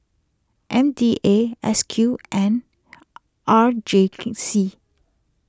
M D A S Q and R J C